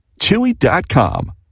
Chewy.com